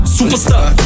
Superstar